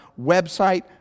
website